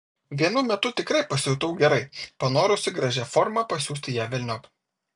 vienu metu tikrai pasijutau gerai panorusi gražia forma pasiųsti ją velniop